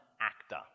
actor